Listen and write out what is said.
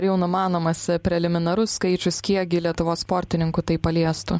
ar jau numanomas preliminarus skaičius kiek gi lietuvos sportininkų tai paliestų